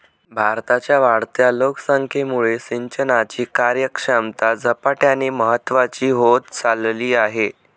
भारताच्या वाढत्या लोकसंख्येमुळे सिंचनाची कार्यक्षमता झपाट्याने महत्वाची होत चालली आहे